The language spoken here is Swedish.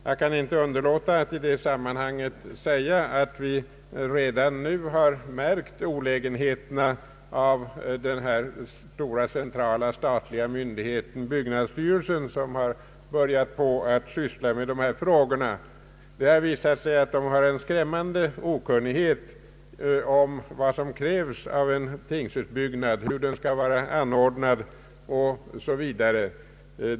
Jag kan inte underlåta att i sammanhanget säga att vi redan nu har märkt olägenheterna av den statliga myndigheten byggnadsstyrelsen, som har börjat syssla med dessa frågor. Den har visat en skrämmande okunnighet om vad som krävs av en tingshusbyggnad, hur den skall vara ordnad o.s.v.